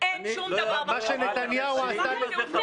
אין שום דבר --- מה שנתניהו עשה --- שלמה,